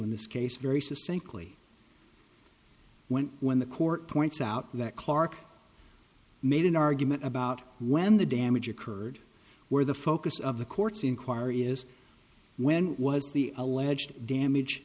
in this case very succinctly when when the court points out that clarke made an argument about when the damage occurred where the focus of the court's inquiry is when was the alleged damage